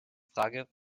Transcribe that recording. frage